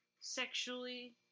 sexually